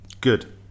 good